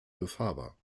befahrbar